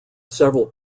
several